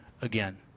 again